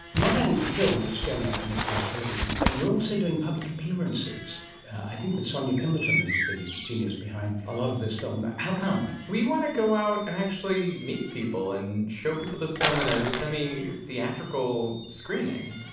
not only the film, which is going out on sbs television, but you are also doing public appearances i think with sonya pemberton who is the genius behind a lot of this film. how come? we want to go out and actually meet people and show people this film in a semi-theatrical screening,